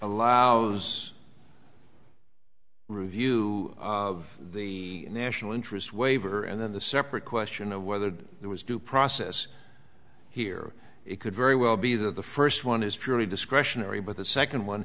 allows review of the national interest waiver and then the separate question of whether there was due process here it could very well be that the first one is purely discretionary but the second one